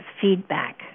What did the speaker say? feedback